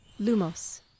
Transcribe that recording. Lumos